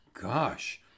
Gosh